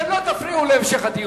אתם לא תפריעו להמשך הדיון.